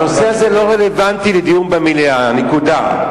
הנושא הזה לא רלוונטי לדיון במליאה, נקודה.